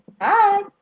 hi